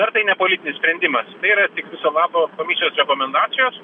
dar tai ne politinis sprendimas tai yra viso labo komisijos rekomendacijos